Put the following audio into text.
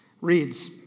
Reads